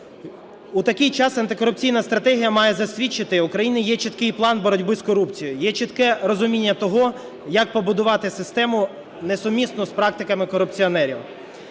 У такий час антикорупційна стратегія має засвідчити: у країни є чіткий план боротьби з корупцією, є чітке розуміння того, як побудувати систему, не сумісну з практиками корупціонерів.